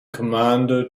commander